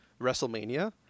WrestleMania